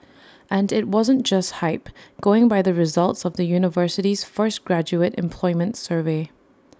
and IT wasn't just hype going by the results of the university's first graduate employment survey